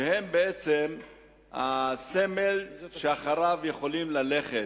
והם בעצם הסמל שאחריו הם יכולים ללכת.